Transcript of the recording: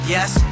Yes